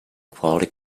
quality